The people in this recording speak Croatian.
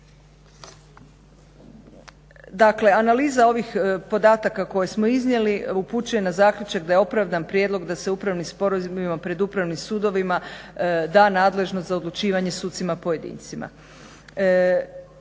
Dakle analiza ovih podataka koje smo iznijeli upućuje na zaključak da je opravdan prijedlog da se upravni sporovi pred upravnim sudovima da nadležnost za odlučivanje sucima pojedincima.